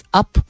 up